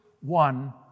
One